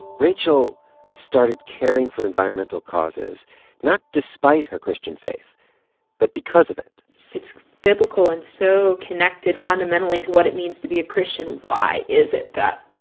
rachel started caring for environmental causes not despite her christian faith but because of it it's biblical and so connected fundamentally to what it means to be a christian. why is it that